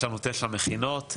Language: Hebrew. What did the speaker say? יש לנו תשע מכינות,